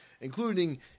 including